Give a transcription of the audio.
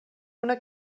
una